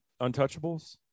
Untouchables